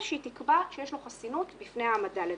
שהיא תקבע שיש לו חסינות בפני העמדה לדיון.